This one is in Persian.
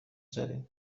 زدین